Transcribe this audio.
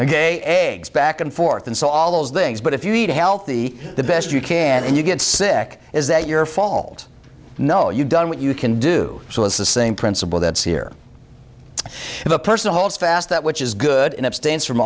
ok eggs back and forth and so all those things but if you eat healthy the best you can and you get sick is that your fault no you've done what you can do so it's the same principle that's here the person holds fast that which is good in abstains from